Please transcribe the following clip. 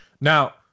now